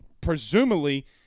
presumably